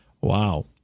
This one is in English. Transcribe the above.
Wow